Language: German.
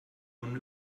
nun